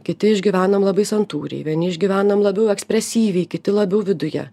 kiti išgyvenam labai santūriai vieni išgyvenam labiau ekspresyviai kiti labiau viduje